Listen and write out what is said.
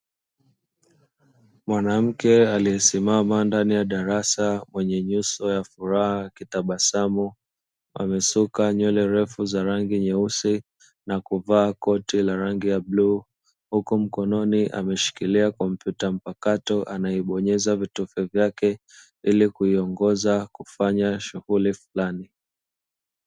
Mwanamke aliyesimama ndani ya darasa mwenye nyuso ya furaha akitabasamu wamesuka nywele ndefu za rangi nyeusi, na kuvaa koti la rangi ya bluu huku mkononi ameshikilia kompyuta mpakato anaibonyeza vitufe vyake ili kuiongoza kufanya shughuli fulani.